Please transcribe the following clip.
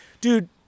dude